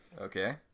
okay